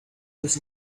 this